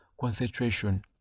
concentration